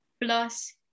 plus